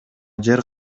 жер